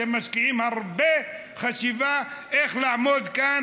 אתם משקיעים הרבה חשיבה איך לעמוד כאן